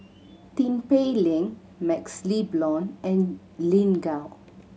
Tin Pei Ling MaxLe Blond and Lin Gao